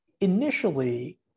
initially